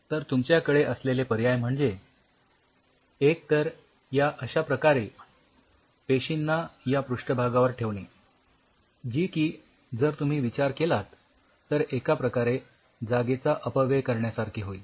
तर तुमच्याकडे असलेले पर्याय म्हणजे एक तर या अश्याप्रकारे पेशींना या पृष्ठभागावर घेणे जी की जर तुम्ही विचार केलात तर एका प्रकारे जागेचा अपव्यय करण्यासारखे होईल